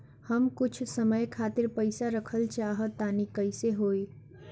हम कुछ समय खातिर पईसा रखल चाह तानि कइसे होई?